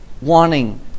wanting